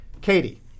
Katie